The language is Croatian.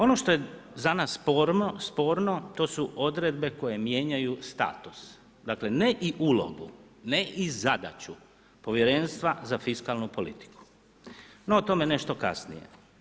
Ono što je za nas sporno, to su odredbe koje mijenjaju status, ne i ulogu, ne i zadaću povjerenstva za fiskalnu politiku, no o tome nešto kasnije.